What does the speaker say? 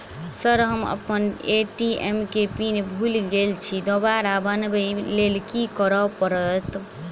Sir हम अप्पन ATM केँ पिन भूल गेल छी दोबारा बनाबै लेल की करऽ परतै?